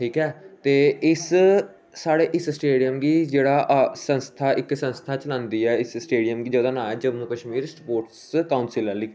ठीक ऐ ते इस साढ़े इस स्टेडियम गी जेह्ड़ा आ संस्था इक संस्था चलांदी ऐ इस स्टेडियम गी जेह्दा नांऽ ऐ जम्मू कश्मीर स्पोर्टस काउंसल आह्ली